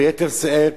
ביתר שאת,